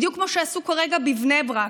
בדיוק כמו שעשו כרגע בבני ברק.